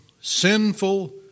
sinful